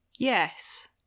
Yes